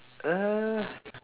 uh